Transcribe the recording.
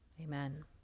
Amen